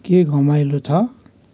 के घमाइलो छ